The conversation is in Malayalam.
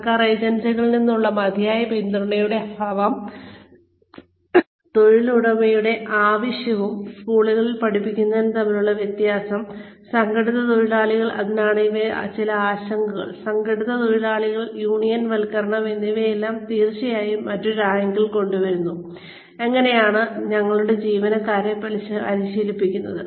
സർക്കാർ ഏജൻസികളിൽ നിന്നുള്ള മതിയായ പിന്തുണയുടെ അഭാവം തൊഴിലുടമയുടെ ആവശ്യവും സ്കൂളുകളിൽ വിദ്യർത്ഥികളെയും സംഘടിത തൊഴിലാളികളെയും പഠിപ്പിക്കുന്നതും തമ്മിലുള്ള വ്യത്യാസം അതിനാൽ ഇവയാണ് ചില ആശങ്കകൾ സംഘടിത തൊഴിലാളികൾ യൂണിയൻവൽക്കരണം എന്നിവയെല്ലാം തീർച്ചയായും മറ്റൊരു ആംഗിൾ കൊണ്ടുവരുന്നു എങ്ങനെയാണ് ഞങ്ങളുടെ ജീവനക്കാരെ പരിശീലിപ്പിക്കുന്നത്